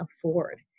afford